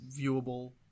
viewable